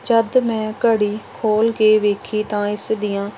ਜਦੋਂ ਮੈਂ ਘੜੀ ਖੋਲ੍ਹ ਕੇ ਵੇਖੀ ਤਾਂ ਇਸ ਦੀਆਂ